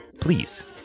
please